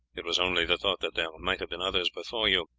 it was only the thought that there might have been others before you,